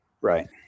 Right